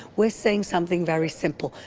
we are saying something very simple.